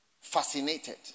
fascinated